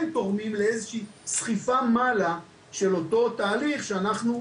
תורמים לאיזו שהיא סחיפה מעלה של אותו התהליך שאנחנו,